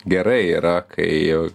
gerai yra kai